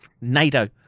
NATO